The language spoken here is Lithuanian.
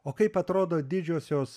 o kaip atrodo didžiosios